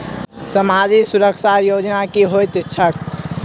सामाजिक सुरक्षा योजना की होइत छैक?